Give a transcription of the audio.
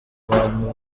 bantu